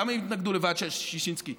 למה התנגדו לוועדת ששינסקי?